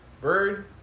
Bird